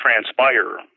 transpire